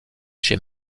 chez